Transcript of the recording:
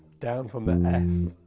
down from the f,